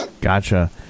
Gotcha